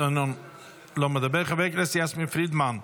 לא מדבר, חברת הכנסת יסמין פרידמן,